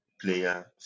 player